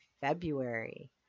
February